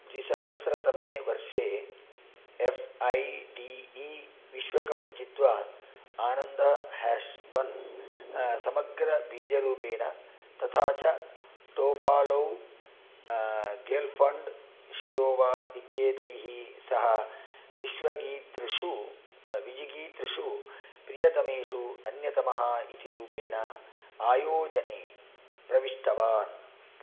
द्विसहस्रतमे वर्षे F I D E विश्व कप् जित्वा आनन्द ह्यश्वन् समग्रबीजरूपेण तथा च टोफालौ गेल्फण्ड् शिरोवा इत्येतैः सह विश्वगीतृषु विजिगीतृषु प्रियतमेषु अन्यतमः इति रूपेण आयोजने प्रविष्टवान्